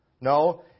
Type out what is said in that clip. No